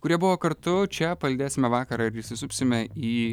kurie buvo kartu čia palydėsime vakarą ir įsisupsime į